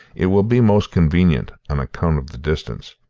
it will be most convenient, on account of the distance.